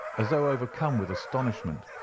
as though overcome with astonishment,